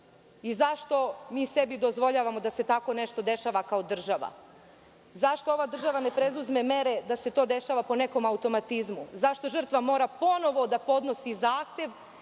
Zašto mi sebi dozvoljavamo da se tako nešto dešava kao država? Zašto ova država ne preduzme mere da se to dešava po nekom automatizmu? Zašto žrtva mora ponovo da podnosi zahtev